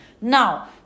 now